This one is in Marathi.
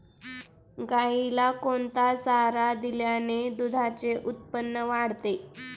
गाईला कोणता चारा दिल्याने दुधाचे उत्पन्न वाढते?